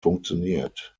funktioniert